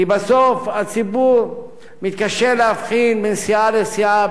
כי בסוף הציבור מתקשה להבחין בין סיעה לסיעה,